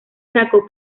chaco